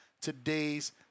today's